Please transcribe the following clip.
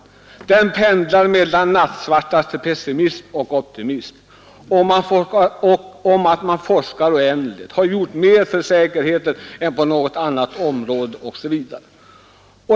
Det pendlar mellan den nattsvartaste pessimism och optimism. Det sägs att man forskar oändligt, har gjort mer för säkerheten än på något annat område, osv.